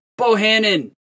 Bohannon